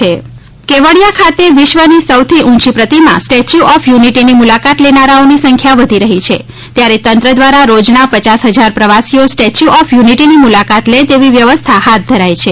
stay ચ્યુ of unity Kevadia ખાતે વિશ્વની સૌથી ઉંચી પ્રતિમા સ્ટેચ્યુ ઓફ યુનિટીની મુલાકાત લેનારાઓની સંખ્યા વધી રહી છે ત્યારે તંત્ર દ્વારા રોજના પચાર હજાર પ્રવાસીઓ સ્ટેચ્યુ ઓફ યુનિટીની મુલાકાત લે તેવી વ્યવસ્થા હાથ ધરાઇ છે